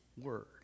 word